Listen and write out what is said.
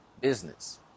business